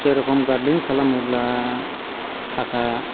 सेर'खम garden खालामोब्ला थाखा